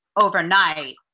overnight